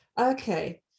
Okay